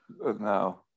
No